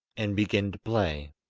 and begin to play,